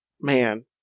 man